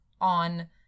on